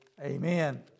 Amen